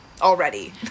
Already